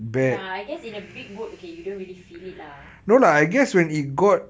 ya I guess in a big boat okay you don't really feel it lah